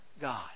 God